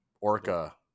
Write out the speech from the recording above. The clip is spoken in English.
Orca